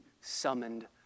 summoned